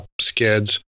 skids